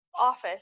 office